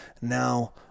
now